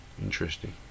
interesting